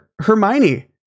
Hermione